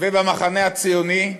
ובמחנה הציוני,